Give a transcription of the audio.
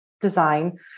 design